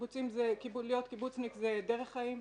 להיות קיבוצניק זה דרך חיים,